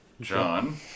John